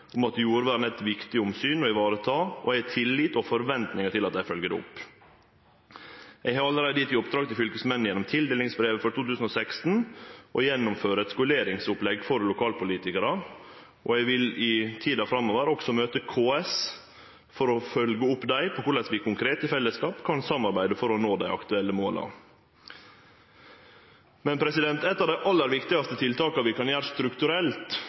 om at jordvern er eit viktig omsyn å sikre, og eg har tillit til og forventningar om at dei følgjer det opp. Eg har allereie gjeve i oppdrag til fylkesmennene gjennom tildelingsbrevet for 2016 å gjennomføre eit skuleringsopplegg for lokalpolitikarar, og eg vil i tida framover møte KS for å følgje opp med omsyn til korleis vi konkret i fellesskap kan samarbeide for å nå dei aktuelle måla. Eitt av dei aller viktigaste tiltaka